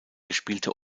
gespielte